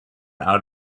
out